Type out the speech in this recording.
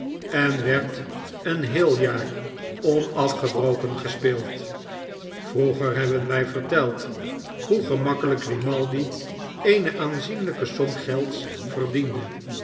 en werd een geheel jaar onafgebroken gespeeld vroeger hebben wij verteld hoe gemakkelijk grimaldi eene aanzienlijke som gelds verdiendo